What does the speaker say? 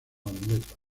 atleta